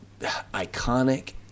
iconic